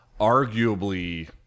arguably